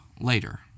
later